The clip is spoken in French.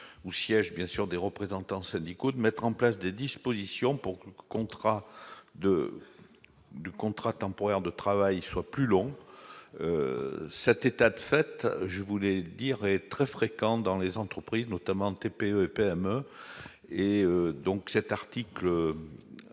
où siègent bien sûr des représentants syndicaux de mettre en place des dispositions pour que le contrat de du contrat temporaire de travail soit plus long ça tête à tête, je voulais dire est très fréquent dans les entreprises notamment TPE-PME et donc cet article